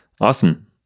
awesome